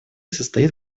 состоит